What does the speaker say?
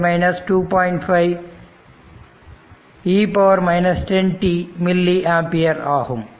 25 e 10t milliampere ஆகும்